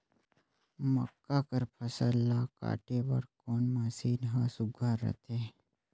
मक्का कर फसल ला काटे बर कोन मशीन ह सुघ्घर रथे?